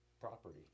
property